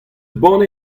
banne